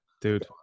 dude